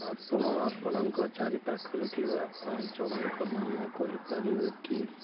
ଆପଣ ଆପଣଙ୍କ ଚାରିପାଖରେ ଥିବା ପାଞ୍ଚ ଜଣଙ୍କ ନାମ କହିପାରିବେ କି